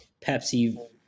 Pepsi